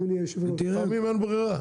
לפעמים אין ברירה.